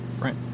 Right